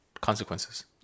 consequences